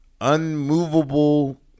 unmovable